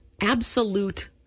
absolute